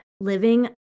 living